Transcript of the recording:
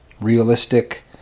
realistic